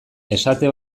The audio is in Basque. esate